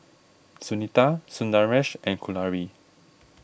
Sunita Sundaresh and Kalluri